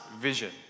vision